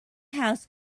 house